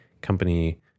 company